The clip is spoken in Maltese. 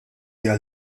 għal